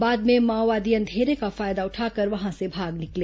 बाद में माओवादी अंधेरे का फायदा उठाकर वहां से भाग निकले